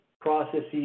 processes